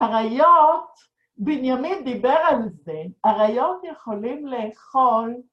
אריות, בנימין דיבר על זה, אריות יכולים לאכול